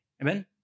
Amen